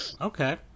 okay